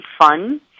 fun